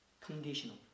conditional